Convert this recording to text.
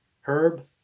Herb